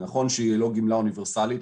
נכון שהיא לא גמלה אוניברסלית,